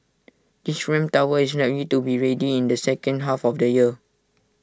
this ramp tower is likely to be ready in the second half of the year